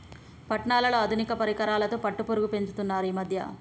పట్నాలలో ఆధునిక పరికరాలతో పట్టుపురుగు పెంచుతున్నారు ఈ మధ్య